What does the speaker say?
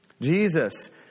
Jesus